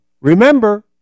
Remember